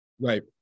Right